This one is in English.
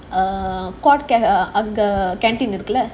err court err அங்க:anga canteen இருக்குல்ல:irukula